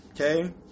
okay